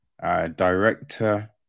director